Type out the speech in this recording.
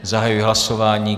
Zahajuji hlasování.